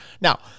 Now